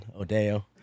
Odeo